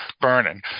burning